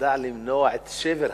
ידע למנוע את שבר היד.